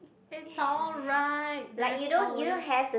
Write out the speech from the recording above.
it's alright there's always